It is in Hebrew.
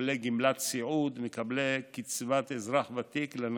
מקבלי גמלת סיעוד, מקבלי קצבת אזרח ותיק לנכה.